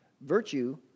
Virtue